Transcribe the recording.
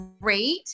great